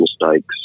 mistakes